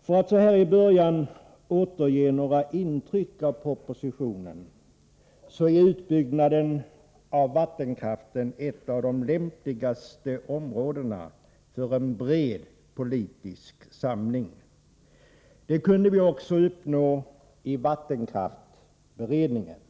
För att så här inledningsvis återge några intryck av propositionen, så är utbyggnaden av vattenkraften ett av de lämpligaste områdena för en bred politisk samling. Det kunde vi också uppnå i vattenkraftsberedningen.